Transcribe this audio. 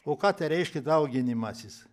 o ką reiškia dauginimasis